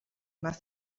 más